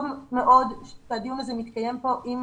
טוב מאוד שהדיון הזה מתקיים כאן עם